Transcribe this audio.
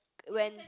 when